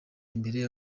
imbere